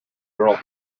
girl